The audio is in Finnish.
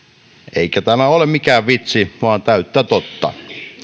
eikä tämä ole mikään vitsi vaan täyttä totta